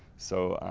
so,